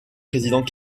président